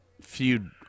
feud